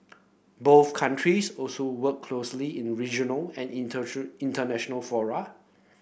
both countries also work closely in regional and international fora